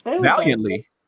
valiantly